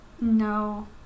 No